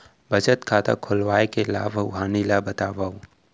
बचत खाता खोलवाय के लाभ अऊ हानि ला बतावव?